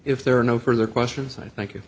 if there are no further questions i thank